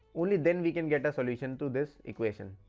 only then we can get a solution to this equation.